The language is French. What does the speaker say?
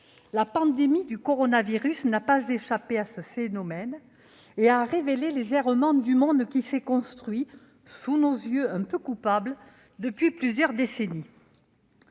La pandémie du coronavirus n'a pas échappé à ce phénomène et a révélé les errements du monde qui s'est construit sous nos yeux un peu coupables depuis plusieurs décennies.